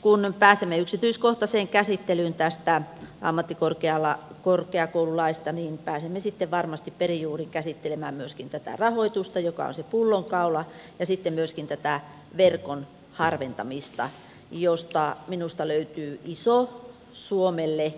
kun pääsemme tämän ammattikorkeakoululain yksityiskohtaiseen käsittelyyn pääsemme sitten varmasti perin juurin käsittelemään myöskin tätä rahoitusta joka on se pullonkaula ja myöskin tätä verkon harventamista josta minusta löytyy iso suomelle